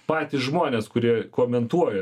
patys žmonės kurie komentuoja